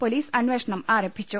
police അന്വേഷണം ആരംഭിച്ചു